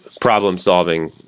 problem-solving